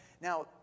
Now